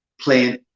playing